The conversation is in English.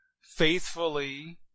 faithfully